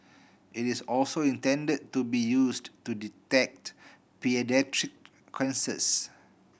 it is also intended to be used to detect paediatric cancers